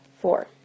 four